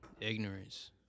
Ignorance